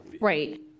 right